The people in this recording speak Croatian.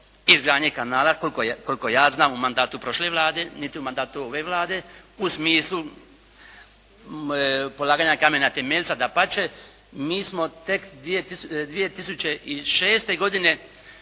izgradnje kanala, koliko ja znam, u mandatu prošle Vlade, niti u mandatu ove Vlade, u smislu polaganja kamena temeljca, dapače. Mi smo tek 2006. godine